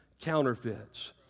counterfeits